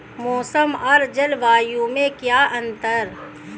मौसम और जलवायु में क्या अंतर?